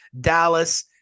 dallas